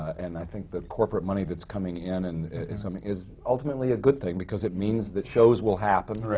and i think the corporate money that's coming in and is um is ultimately a good thing, because it means that shows will happen.